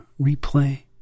replay